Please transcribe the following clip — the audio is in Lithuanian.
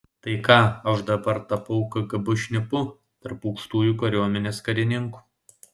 tai ką aš dabar tapau kgb šnipu tarp aukštųjų kariuomenės karininkų